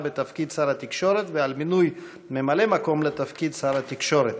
בתפקיד שר התקשורת ועל מינוי ממלא-מקום לתפקיד שר התקשורת.